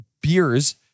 beers